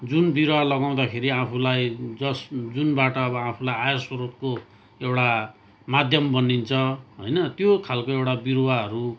जुन बिरुवा लगाउँदाखेरि आफूलाई जस जुनबाट अब आफूलाई आयस्रोतको एउटा माध्यम बनिन्छ होइन त्यो खालको एउटा बिरुवाहरू